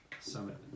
summit